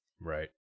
Right